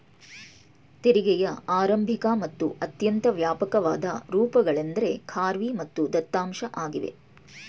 ತೆರಿಗೆಯ ಆರಂಭಿಕ ಮತ್ತು ಅತ್ಯಂತ ವ್ಯಾಪಕವಾದ ರೂಪಗಳೆಂದ್ರೆ ಖಾರ್ವಿ ಮತ್ತು ದತ್ತಾಂಶ ಆಗಿವೆ